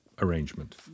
arrangement